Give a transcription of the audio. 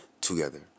together